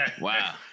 Wow